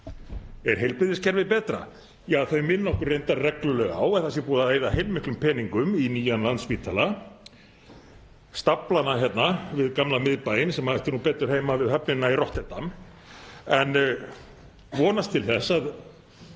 Er heilbrigðiskerfið betra? Þau minna okkur reyndar reglulega á að það sé búið að eyða heilmiklum peningum í nýjan Landspítala, staflana við gamla miðbæinn sem ættu betur heima við höfnina í Rotterdam, en vonast til þess að